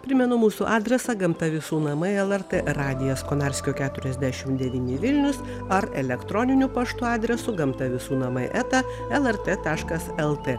primenu mūsų adresą gamta visų namai lrt radijas konarskio keturiasdešimt devyni vilnius ar elektroniniu paštu adresu gamta visų namai eta lrt taškas lt